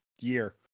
year